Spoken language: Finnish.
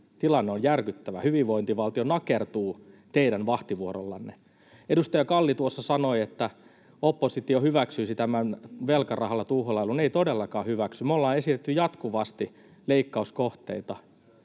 Tilanne on järkyttävä. Hyvinvointivaltio nakertuu teidän vahtivuorollanne. Edustaja Kalli tuossa sanoi, että oppositio hyväksyisi tämän velkarahalla tuhlailun — ei todellakaan hyväksy. Me ollaan esitetty jatkuvasti leikkauskohteita.